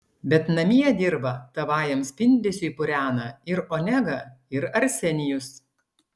bet namie dirvą tavajam spindesiui purena ir onega ir arsenijus